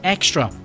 Extra